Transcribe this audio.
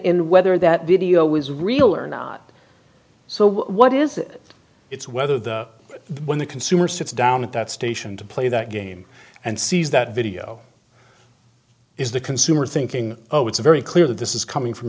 in whether that video is real or not so what is it it's whether the when the consumer sits down at that station to play that game and sees that video is the consumer thinking oh it's very clear that this is coming from